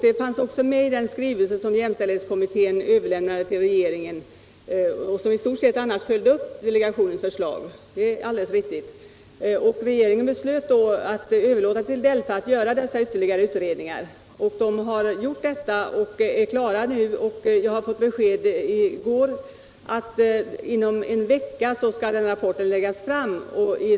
Det fanns även med i den skrivelse som jämställdhetskommittén överlämnade till regeringen och som annars i stort sett följde upp delegationens förslag. Regeringen beslöt då att överlåta till DELFA att göra dessa ytterligare utredningar. De är nu klara med detta, och jag fick besked i går om att rapporten skall läggas fram om en vecka.